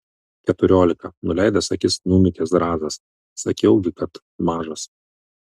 keturiolika nuleidęs akis numykė zrazas sakiau gi kad mažas